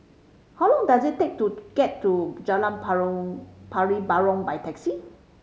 how long does it take to get to Jalan Pari Burong by taxi